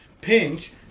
pinch